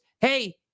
hey